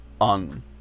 on